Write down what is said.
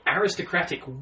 aristocratic